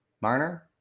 Marner